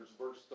verse